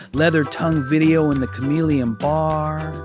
leather tongue video, and the chameleon bar.